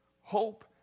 hope